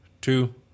two